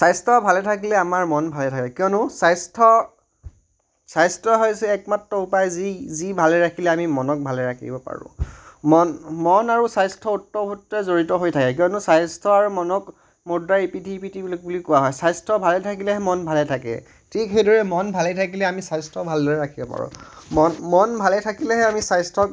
স্বাস্থ্য ভালে থাকিলে আমাৰ মন ভালে থাকে কিয়নো স্বাস্থ্য স্বাস্থ্য হৈছে একমাত্ৰ উপায় যি যি ভালে ৰাখিলে আমি মনক ভালে ৰাখিব পাৰোঁ মন মন আৰু স্বাস্থ্য উত্তৰ সূত্ৰে জড়িত হৈ থাকে কিয়নো স্বাস্থ্যৰ মনক মুদ্ৰাৰ ইপিঠি ইপিঠি বুলি কোৱা হয় স্বাস্থ্য ভালে থাকিলেহে মন ভালে থাকে ঠিক সেইদৰে মন ভালে থাকিলে আমি স্বাস্থ্য ভালদৰে ৰাখিব পাৰোঁ মন মন ভালে থাকিলেহে আমি স্বাস্থ্যক